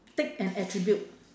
take an attribute